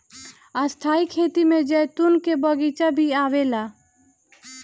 स्थाई खेती में जैतून के बगीचा भी आवेला